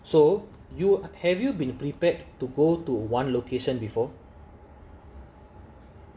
so you have you been prepared to go to one location before